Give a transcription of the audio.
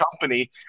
company